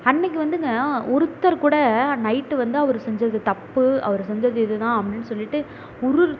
அன்றைக்கு வந்துங்க ஒருத்தர் கூட நைட்டு வந்து அவர் செஞ்சது தப்பு அவர் செஞ்சது இதுதான் அப்படின்னு சொல்லிவிட்டு